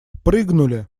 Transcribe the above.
прыгнули